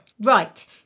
Right